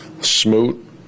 Smoot